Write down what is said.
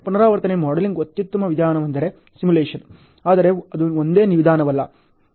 ಪುನರಾವರ್ತನೆ ಮಾಡೆಲಿಂಗ್ ಅತ್ಯುತ್ತಮ ವಿಧಾನವೆಂದರೆ ಸಿಮ್ಯುಲೇಶನ್ ಆದರೆ ಅದು ಒಂದೇ ವಿಧಾನವಲ್ಲ